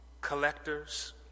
collectors